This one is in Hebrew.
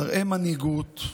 תראה מנהיגות.